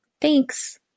Thanks